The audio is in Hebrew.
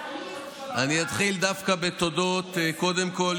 אני אתחיל דווקא בתודות: קודם כול,